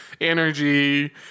energy